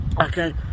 okay